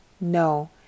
No